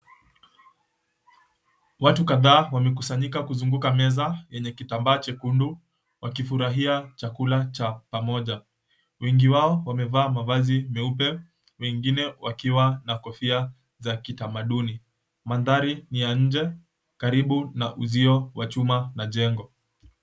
Watu kadhaa wamekusanyika kuzunguka meza yenye kitambaa chekundu, wakifurahia chakula cha pamoja. Wengi wao wamevaa mavazi meupe, wengine wakiwa na kofia za kitamaduni. Mandhari ni ya nje karibu na uzio wa chuma la jengo.